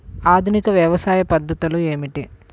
ఆధునిక వ్యవసాయ పద్ధతులు ఏమిటి?